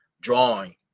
drawing